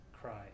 cry